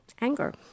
anger